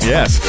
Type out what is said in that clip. Yes